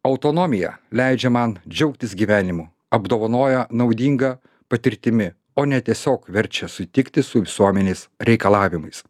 autonomija leidžia man džiaugtis gyvenimu apdovanoja naudinga patirtimi o ne tiesiog verčia sutikti su visuomenės reikalavimais